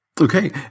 okay